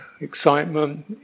excitement